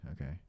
Okay